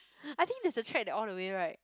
I think there's a track all the way right